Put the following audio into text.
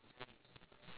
ya then